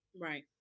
Right